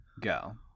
Go